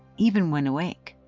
even when awake.